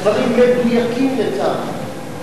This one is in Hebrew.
הדברים מדויקים, לצערי.